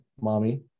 mommy